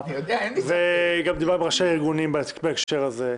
גם דיברנו עם ראשי הארגונים בהקשר הזה.